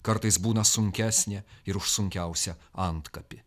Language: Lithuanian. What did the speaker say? kartais būna sunkesnė ir už sunkiausią antkapį